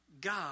God